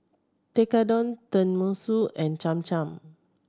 Tekkadon Tenmusu and Cham Cham